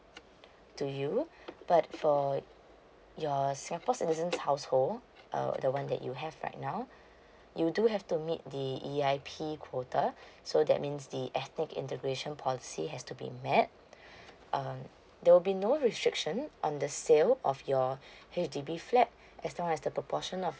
to you but for your singapore citizen household uh the one that you have right now you do have to meet the E_I_P quota so that means the ethnic integration policy has to be met um there will be no restrictions on the sale of your H_D_B flat as long as the proportion of